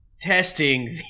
testing